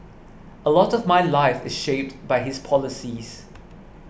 a lot of my life is shaped by his policies